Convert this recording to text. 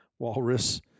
walrus